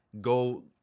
Go